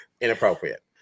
Inappropriate